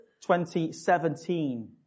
2017